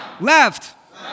Left